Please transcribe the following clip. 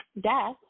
death